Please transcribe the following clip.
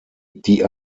die